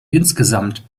insgesamt